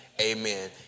Amen